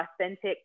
authentic